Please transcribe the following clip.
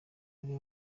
ari